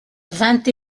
vingt